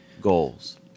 goals